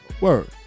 word